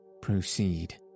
proceed